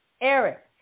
Eric